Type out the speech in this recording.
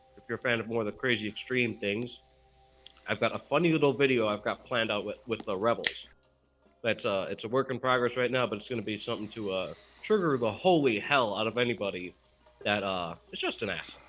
if you're a fan of more the crazy extreme things i've got a funny little video. i've got planned out with with the rebels that's it's a work in progress right now, but it's gonna be something to ah trigger the holy hell out of anybody that ah it's just an ass